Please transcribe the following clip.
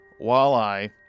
walleye